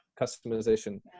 customization